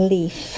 Leaf